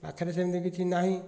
ପାଖରେ ସେମତି କିଛି ନାହିଁ